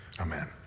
Amen